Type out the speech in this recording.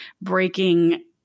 breaking